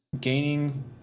gaining